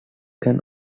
can